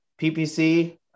PPC